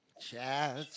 Chat